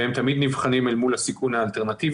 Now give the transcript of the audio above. והם תמיד נבחנים אל מול הסיכון האלטרנטיבי,